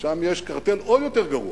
שם יש קרטל עוד יותר גרוע.